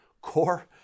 core